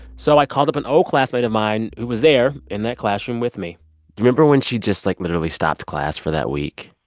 so i called up an old classmate of mine who was there in that classroom with me remember when she just, like, literally stopped class for that week.